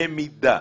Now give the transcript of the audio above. במידה